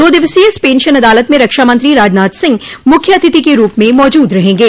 दो दिवसीय इस पेंशन अदालत में रक्षा मंत्री राजनाथ सिंह मुख्य अतिथि के रूप में मौजूद रहेंगे